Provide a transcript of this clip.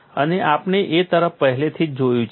અને આપણે તે તરફ પહેલેથી જ જોયું છે